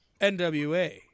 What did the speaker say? NWA